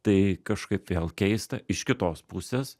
tai kažkaip vėl keista iš kitos pusės